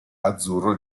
azzurro